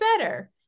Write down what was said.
better